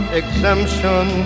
exemption